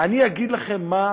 אני אגיד לכם מה,